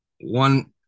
one